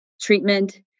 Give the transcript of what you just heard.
treatment